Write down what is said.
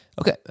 Okay